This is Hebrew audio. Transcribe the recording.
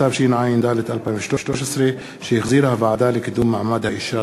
התשע"ד 2013, שהחזירה הוועדה לקידום מעמד האישה.